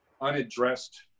unaddressed